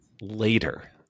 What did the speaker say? later